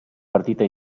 partita